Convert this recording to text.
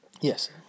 Yes